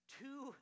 two